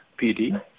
PD